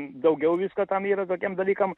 daugiau visko tam yra tokiem dalykam